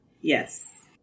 Yes